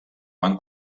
van